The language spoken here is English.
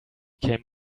came